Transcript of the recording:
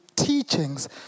teachings